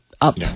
Up